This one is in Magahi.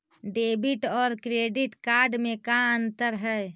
डेबिट और क्रेडिट कार्ड में का अंतर है?